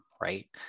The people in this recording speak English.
right